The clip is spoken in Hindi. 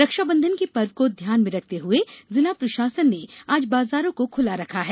रक्षाबंधन के पर्व को ध्यान में रखते हुए जिला प्रशासन ने आज बाजारों को खुला रखा है